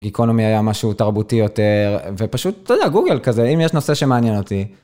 איקונומי היה משהו תרבותי יותר, ופשוט, אתה יודע, גוגל כזה, אם יש נושא שמעניין אותי.